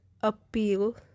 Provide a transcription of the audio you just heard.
appeal